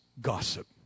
gossip